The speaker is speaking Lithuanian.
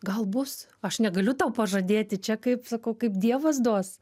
gal bus aš negaliu tau pažadėti čia kaip sakau kaip dievas duos